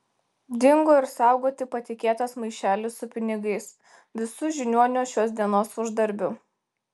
dingo ir saugoti patikėtas maišelis su pinigais visu žiniuonio šios dienos uždarbiu